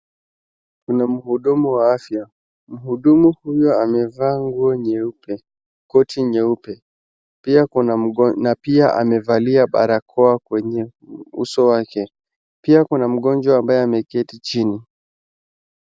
Kuna mhudumu wa afya, mhudumu huyu amevaa nguo nyeuepe, koti nyeuepe na pia amevalia barakoa kwenye uso wake. Pia kuna mgonjwa ambaye ameketi chini.